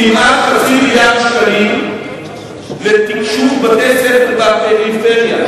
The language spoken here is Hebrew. כמעט חצי מיליארד שקלים לתקשוב בתי-ספר בפריפריה.